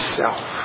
self